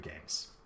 games